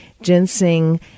ginseng